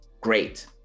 great